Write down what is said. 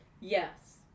Yes